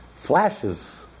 Flashes